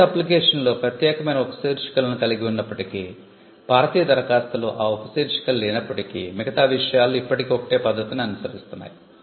US అప్లికేషన్లో ప్రత్యేకమైన ఉపశీర్షికలను కలిగి ఉన్నప్పటికీ భారతీయ దరఖాస్తులో ఆ ఉపశీర్షికలు లేనప్పటికీ మిగతా విషయాల్లో ఇప్పటికీ ఒకటే పద్ధతిని అనుసరిస్తున్నాయి